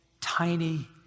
tiny